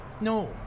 No